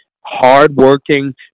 hard-working